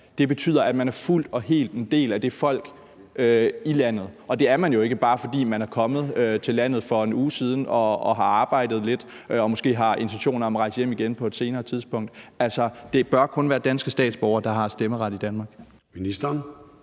land betyder, at man fuldt og helt er en del af det folk, der er i landet. Og det er man jo ikke, bare fordi man er kommet til landet for en uge siden og har arbejdet der lidt og man måske har en intention om at rejse hjem igen på et senere tidspunkt. Altså, det bør kun være danske statsborgere, der har stemmeret i Danmark. Kl.